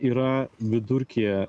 yra vidurkyje